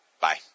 Bye